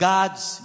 God's